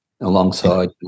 alongside